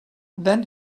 then